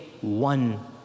one